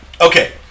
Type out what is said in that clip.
Okay